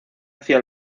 hacia